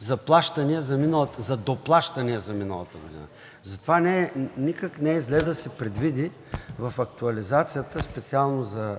за доплащания за миналата година. Затова никак не е зле да се предвиди в актуализацията, специално за